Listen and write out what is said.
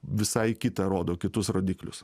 visai kita rodo kitus rodiklius